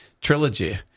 trilogy